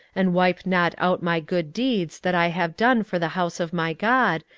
and wipe not out my good deeds that i have done for the house of my god,